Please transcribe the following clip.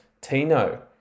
Tino